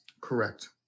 Correct